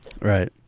Right